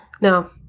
No